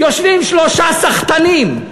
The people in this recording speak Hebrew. יושבים שלושה סחטנים,